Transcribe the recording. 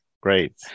Great